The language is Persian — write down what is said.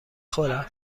خورم